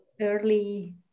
early